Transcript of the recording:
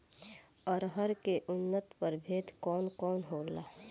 अरहर के उन्नत प्रभेद कौन कौनहोला?